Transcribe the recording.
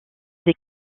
des